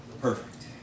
perfect